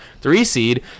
three-seed